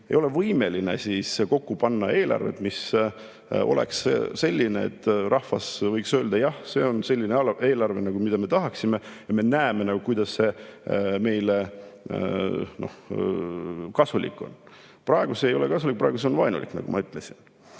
ei ole võimeline kokku panema eelarvet, mis oleks selline, et rahvas võiks öelda: "Jah, see on selline eelarve, mida me tahtsime, me näeme, kuidas see meile kasulik on." Praegu see [eelarve] ei ole kasulik, praegu see on [inimeste vastu] vaenulik, nagu ma ütlesin.